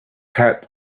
had